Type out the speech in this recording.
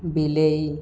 ବିଲେଇ